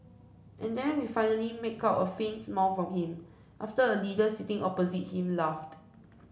and then we finally make out a faint smile from him after a leader sitting opposite him laughed